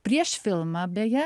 prieš filmą beje